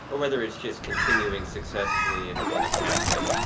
or whether it's just continuing successfully in in a pathway.